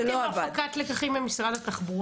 היו"ר מירב בן ארי (יו"ר ועדת ביטחון